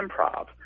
improv